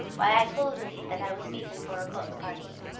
why i tolde thee that i was beaten for a book, pardie.